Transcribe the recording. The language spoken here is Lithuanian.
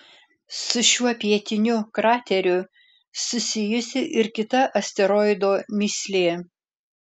su šiuo pietiniu krateriu susijusi ir kita asteroido mįslė